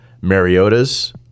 Mariota's